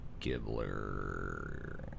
Gibbler